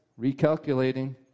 recalculating